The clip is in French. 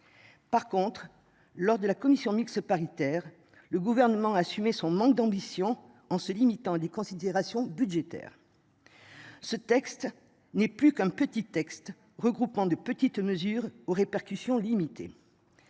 Par contre lors de la commission mixte paritaire. Le gouvernement assumé son manque d'ambition en se limitant des considérations budgétaires. Ce texte n'est plus qu'un petit texte regroupement de petites mesures aux répercussions limitées.